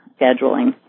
scheduling